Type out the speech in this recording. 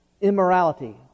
immorality